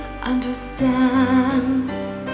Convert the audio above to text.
understands